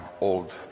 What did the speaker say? old